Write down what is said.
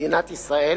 ממדינת ישראל